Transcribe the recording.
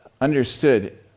understood